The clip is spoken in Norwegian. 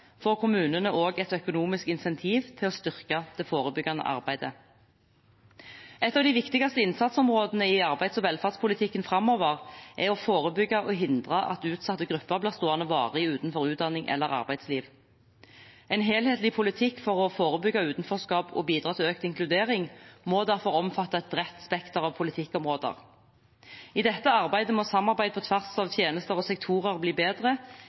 får kommunene også et økonomisk insentiv til å styrke det forebyggende arbeidet. Et av de viktigste innsatsområdene i arbeids- og velferdspolitikken framover er å forebygge og hindre at utsatte grupper blir stående varig utenfor utdanning eller arbeidsliv. En helhetlig politikk for å forebygge utenforskap og bidra til økt inkludering må derfor omfatte et bredt spekter av politikkområder. I dette arbeidet må samarbeidet på tvers av tjenester og sektorer bli bedre,